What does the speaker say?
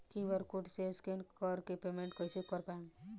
QR code से scan कर के पेमेंट कइसे कर पाएम?